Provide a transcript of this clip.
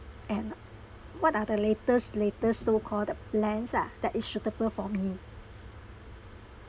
and what are the latest latest so call the plans lah that is suitable for me